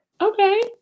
okay